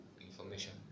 information